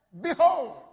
behold